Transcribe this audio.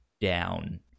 down